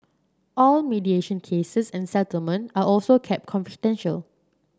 all mediation cases and settlement are also kept confidential